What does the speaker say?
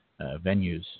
venues